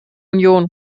union